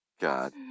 God